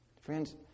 Friends